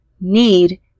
Need